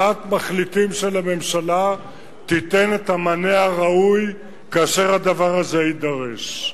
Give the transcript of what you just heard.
הצעת מחליטים של הממשלה תיתן את המענה הראוי כאשר הדבר הזה יידרש.